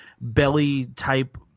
belly-type